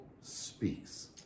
speaks